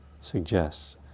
suggests